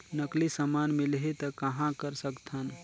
नकली समान मिलही त कहां कर सकथन?